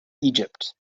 egypt